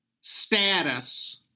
status